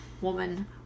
woman